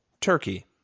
Turkey